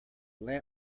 lamp